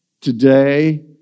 today